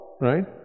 right